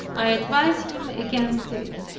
i advised him against it.